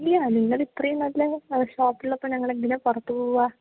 ഇല്ലാ നിങ്ങളുടെ ഇത്രയും നല്ല ഷോപ്പുളളപ്പോൾ ഞങ്ങൾ എന്തിനാണ് പുറത്തുപോവാ